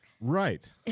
Right